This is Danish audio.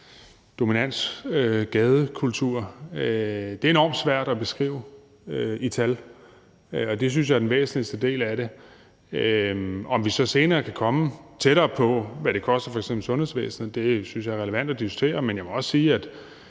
dominerende gadekultur? Det er enormt svært at beskrive i tal, og det synes jeg er den væsentligste del af det. Om vi så senere kan komme tættere på, hvad det koster i f.eks. sundhedsvæsnet, synes jeg er relevant at diskutere, men jeg vil også sige,